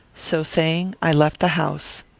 so saying, i left the house.